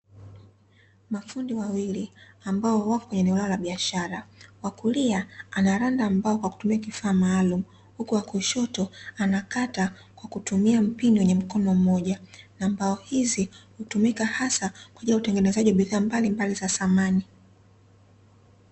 Mafundi wawili ambao wapo kwenye eneo la biashara. Wa kulia anaranda mbao kwa kutumia kifaa maalumu huku wa kushoto anakata kwa kutumua mpinde wenye mkono mmoja, na mbao hizi hutumika hasa kwa ajili ya utengenezaji wa bidhaa mbalimbali za samani.